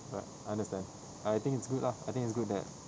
but I understand I think it's good lah I think it's good that